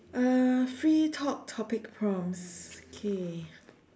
uh free talk topic prompts okay